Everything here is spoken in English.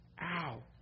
Ow